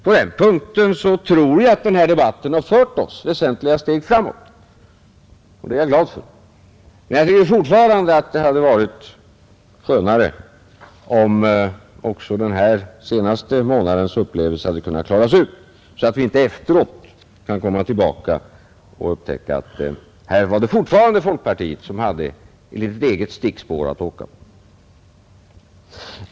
På den punkten tror jag att denna debatt har fört oss väsentliga steg framåt, och det är jag glad över. Men jag tycker fortfarande att det hade varit skönare om också den senaste månadens upplevelser hade kunnat klaras ut, så att vi inte efteråt kan komma tillbaka och upptäcka att folkpartiet fortfarande hade ett litet eget stickspår att åka på.